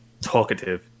talkative